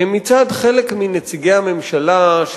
מצד חלק מנציגי הממשלה,